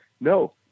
No